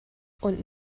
und